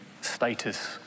status